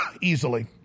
easily